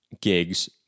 gigs